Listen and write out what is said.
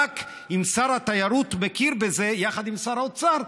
רק אם שר התיירות מכיר בזה יחד עם שר האוצר,